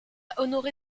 honoré